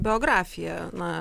biografiją na